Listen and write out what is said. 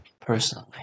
personally